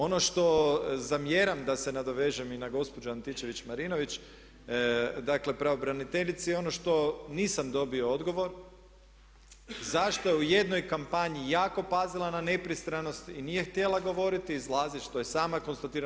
Ono što zamjeram da se nadovežem i na gospođu Antičević Marinović, dakle pravobraniteljici ono što nisam dobio odgovor zašto je u jednoj kampanji jako pazila na nepristranost i nije htjela govoriti, izlazit što je sama konstatirala.